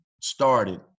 started